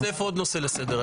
התווסף עוד נושא לסדר היום.